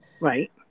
Right